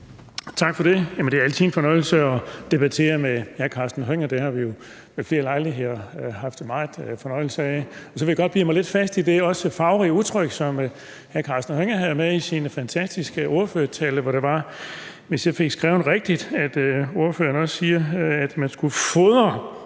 Tak for det. Det er altid en fornøjelse at debattere med hr. Karsten Hønge, og det har vi jo ved flere lejligheder haft meget fornøjelse af. Jeg vil godt bide mig lidt fast i det farverige udtryk, som hr. Karsten Hønge havde med i sin fantastiske ordførertale. Hvis jeg fik skrevet det rigtigt ned, sagde ordføreren, at man skulle fodre